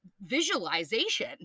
visualization